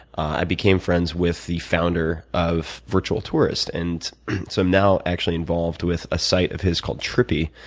i became friends with the founder of virtual tourist, and so i'm now actually involved with a site of his called trippy,